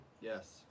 Yes